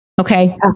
okay